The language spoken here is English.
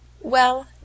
Well